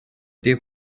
they